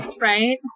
Right